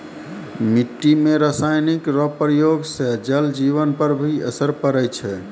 मिट्टी मे रासायनिक रो प्रयोग से जल जिवन पर भी असर पड़ै छै